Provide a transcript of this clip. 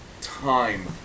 time